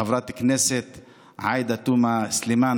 חברת הכנסת עאידה תומא סלימאן.